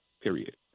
period